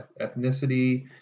ethnicity